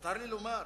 מותר לי לומר?